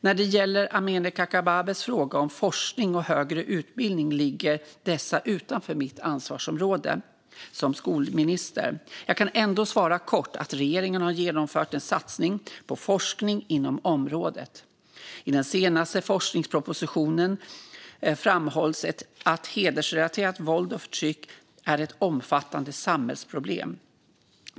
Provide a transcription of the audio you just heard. När det gäller Amineh Kakabavehs frågor om forskning och högre utbildning ligger dessa utanför mitt ansvarsområde som skolminister. Jag kan ändå svara kort att regeringen har genomfört satsningar på forskning inom området. I den senaste forskningspropositionen framhålls att hedersrelaterat våld och förtryck är ett omfattande samhällsproblem.